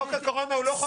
חוק הקורונה.